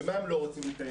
ומה הם לא רוצים לקיים,